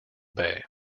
bay